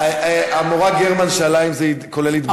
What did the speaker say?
המורה גרמן שאלה אם זה כולל התבגרות.